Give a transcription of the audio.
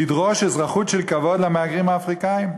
לדרוש אזרחות של כבוד למהגרים האפריקנים.